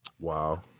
Wow